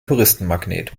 touristenmagnet